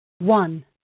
One